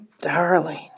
darling